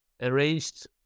arranged